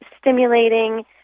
stimulating